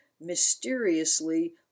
mysteriously